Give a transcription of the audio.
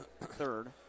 third